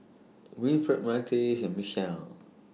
Winfred Myrtis and Michelle